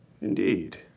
Indeed